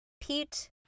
Pete